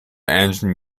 engine